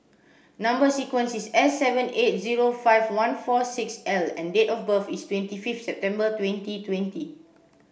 number sequence is S seven eight zero five one four six L and date of birth is twenty fifth September twenty twenty